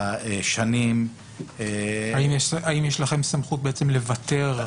האם יש לכם סמכות לוותר?